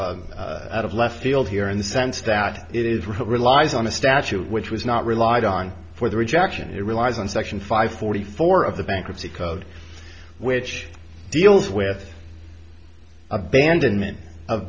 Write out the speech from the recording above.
of out of left field here in the sense that it is relies on a statute which was not relied on for the rejection it relies on section five forty four of the bankruptcy code which deals with abandonment